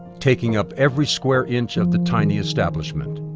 taking up every square inch of the tiny establishment.